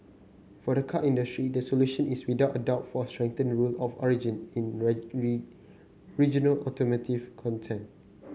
for the car industry the solution is without a doubt for a strengthened rule of origin in regional automotive content